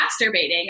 masturbating